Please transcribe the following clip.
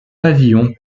pavillon